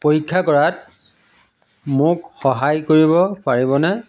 পৰীক্ষা কৰাত মোক সহায় কৰিব পাৰিবনে